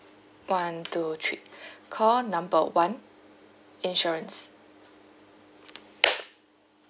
one two three call number one insurance